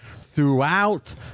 throughout